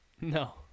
No